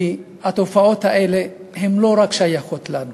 כי התופעות האלה לא שייכות רק לנו.